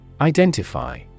Identify